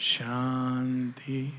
Shanti